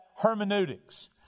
hermeneutics